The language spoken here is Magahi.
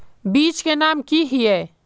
बीज के नाम की हिये?